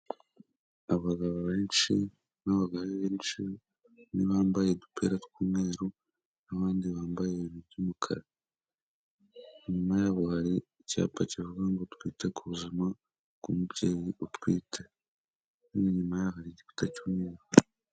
Abagabo benshi n'abagore benshi bamwe bambaye udupira tw'umweru n'abandi bambaye ibintu by'umukara, inyuma yabo hari icyapa kivuga ngo twite ku buzima bw'umubyeyi utwite n'inyuma yaho hari igikuta cy'umweru.